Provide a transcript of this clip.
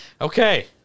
Okay